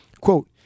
Quote